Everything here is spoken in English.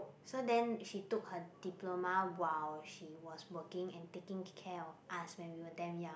so then she took her diploma while she was working and taking care of us when we were damn young